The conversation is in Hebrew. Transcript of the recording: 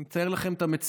אני מתאר לכם את המציאות.